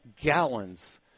gallons